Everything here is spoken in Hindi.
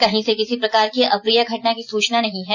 कहीं से किसी प्रकार की अप्रिय घटना की सूचना नहीं है